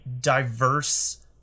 diverse